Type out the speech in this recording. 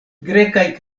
grekaj